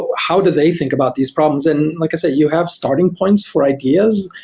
ah how do they think about these problems and like i said, you have starting points for ideas,